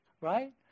right